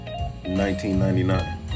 1999